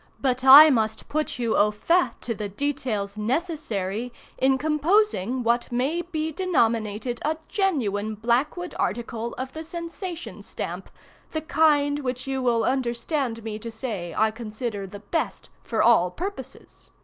but i must put you au fait to the details necessary in composing what may be denominated a genuine blackwood article of the sensation stamp the kind which you will understand me to say i consider the best for all purposes.